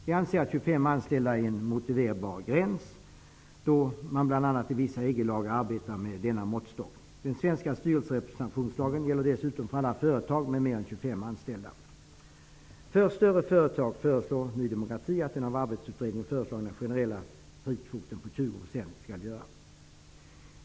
Vi anser att 25 anställda är en motiverbar gräns, då man bl.a. i vissa EG-lagar arbetar med denna måttstock. Den svenska styrelserepresentationslagen gäller dessutom för alla företag med mer än 25 anställda. Arbetsrättsutredningen föreslagna generella frikvoten på 20 % skall gälla.